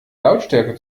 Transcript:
lautstärke